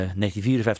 1954